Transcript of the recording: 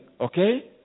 okay